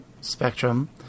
spectrum